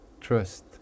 trust